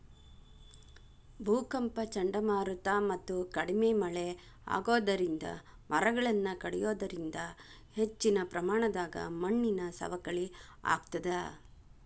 ಭೂಕಂಪ ಚಂಡಮಾರುತ ಮತ್ತ ಕಡಿಮಿ ಮಳೆ ಆಗೋದರಿಂದ ಮರಗಳನ್ನ ಕಡಿಯೋದರಿಂದ ಹೆಚ್ಚಿನ ಪ್ರಮಾಣದಾಗ ಮಣ್ಣಿನ ಸವಕಳಿ ಆಗ್ತದ